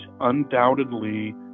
undoubtedly